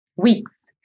weeks